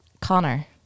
Connor